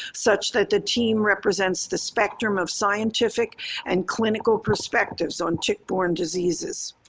such that the team represents the spectrum of scientific and clinical perspectives on tick-borne diseases.